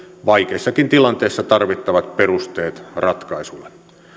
vaikeissakin tilanteissa tarvittavat perusteet ratkaisuille